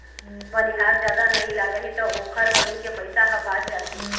बनिहार जादा नइ लागही त ओखर बनी के पइसा ह बाच जाथे